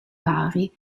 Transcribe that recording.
vari